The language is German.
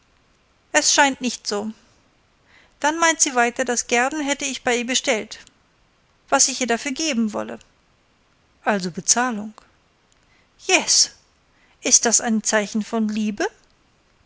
es scheint nicht so dann meinte sie weiter das gerben hätte ich bei ihr bestellt was ich ihr dafür geben wolle also bezahlung yes ist das ein zeichen von liebe